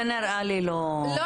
זה נראה לי לא --- אנחנו